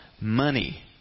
money